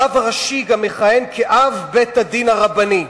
הרב הראשי מכהן גם כאב בית-הדין הרבני.